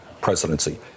presidency